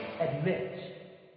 Admit